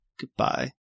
Goodbye